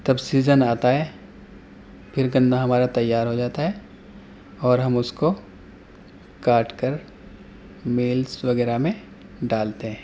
تب سیزن آتا ہے پھر گنا ہمارا تیار ہوجاتا ہے اور ہم اس کو کاٹ کر میلس وغیرہ میں ڈالتے ہیں